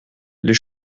les